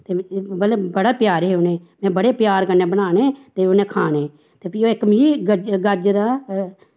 मतलव बड़े प्यारे हे उनेंई में बड़े प्यार कन्नै बनाने ते उनें खाने ते फ्ही ओह् इक मिकी गाजरा